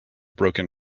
broken